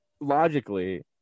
logically